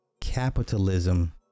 capitalism